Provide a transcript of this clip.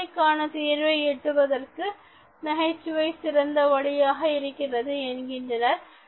பிரச்சினைக்கான தீர்வை எட்டுவதற்கு நகைச்சுவை சிறந்த வலியாக இருக்கிறது என்கின்றனர்